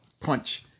punch